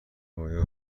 آیا